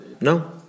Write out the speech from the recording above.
No